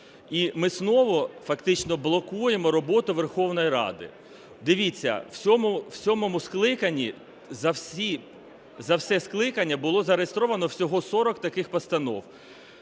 і ми знову фактично блокуємо роботу Верховної Ради. Дивіться, в сьомому скликанні за все скликання було зареєстровано всього 40 таких постанов.